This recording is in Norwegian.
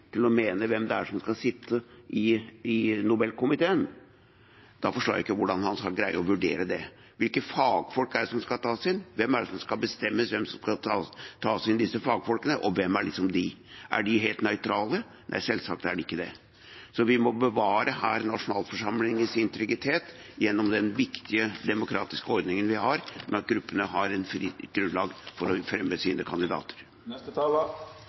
til å mene hvem det er som skal sitte i Nobelkomiteen, forstår jeg ikke hvordan han skal greie å vurdere det. Hvilke fagfolk er det som skal tas inn? Hvem er det som skal bestemme hvem som skal ta inn disse fagfolkene, og hvem er de? Er de helt nøytrale? Nei, selvsagt er de ikke det. Vi må bevare nasjonalforsamlingens integritet gjennom den viktige demokratiske ordningen vi har med at gruppene har et fritt grunnlag for å fremme sine kandidater.